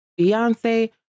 Beyonce